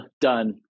done